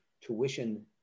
tuition